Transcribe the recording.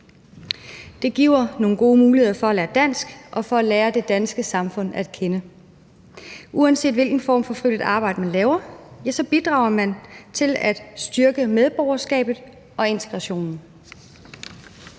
Det giver nogle gode muligheder for at lære dansk og for at lære det danske samfund at kende. Uanset hvilken form for frivilligt arbejde man laver, så bidrager man til at styrke medborgerskabet og integrationen.